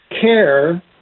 care